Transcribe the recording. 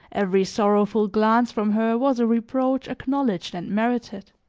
every sorrowful glance from her was a reproach acknowledged and merited.